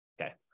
Okay